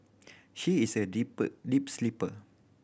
she is a deep deep sleeper